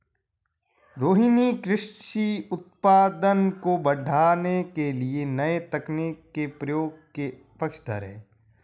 रोहिनी कृषि उत्पादन को बढ़ाने के लिए नए तकनीक के प्रयोग के पक्षधर है